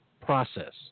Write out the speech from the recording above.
process